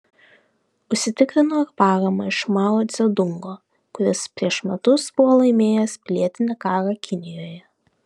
užsitikrino ir paramą iš mao dzedungo kuris prieš metus buvo laimėjęs pilietinį karą kinijoje